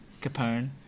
Capone